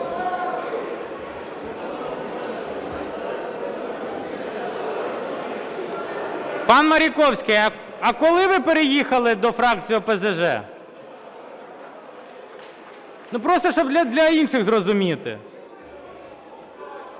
Пан Маріковський, а коли ви переїхали до фракції ОПЗЖ? Просто, щоб для інших зрозуміти.